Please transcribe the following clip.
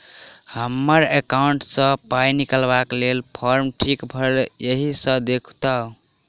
हम्मर एकाउंट मे सऽ पाई निकालबाक लेल फार्म ठीक भरल येई सँ देखू तऽ?